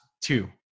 two